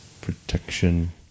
Protection